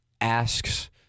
Asks